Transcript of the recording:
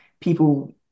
people